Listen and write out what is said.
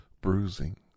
bruising